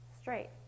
straight